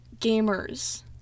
gamers